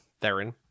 theron